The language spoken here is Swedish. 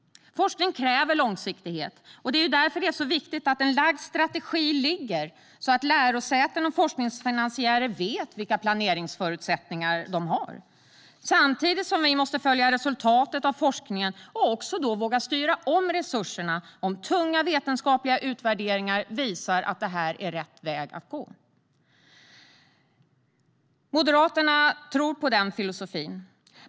Forskning kräver långsiktighet. Det är därför viktigt att en lagd strategi ligger, så att lärosäten och forskningsfinansiärer vet vilka planeringsförutsättningar de har, samtidigt som vi måste följa resultatet av forskningen och också våga styra om resurserna, om tunga vetenskapliga utvärderingar visar att det är rätt väg att gå. Moderaterna tror på den filosofin.